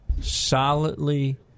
solidly